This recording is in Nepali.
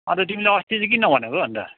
अनि त तिमीले अस्ति चाहिँ किन नभनेको हौ अनि त